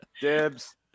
Dibs